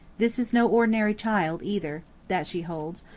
this is no ordinary child, either, that she holds,